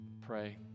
pray